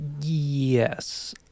Yes